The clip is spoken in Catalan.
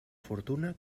fortuna